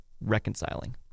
reconciling